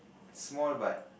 small but